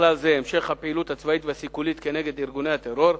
ובכלל זה המשך הפעילות הצבאית והסיכולית נגד ארגוני הטרור.